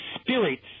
spirits